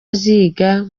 aziga